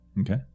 Okay